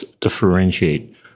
differentiate